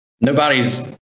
Nobody's